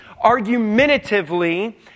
argumentatively